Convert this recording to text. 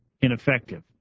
ineffective